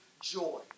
joy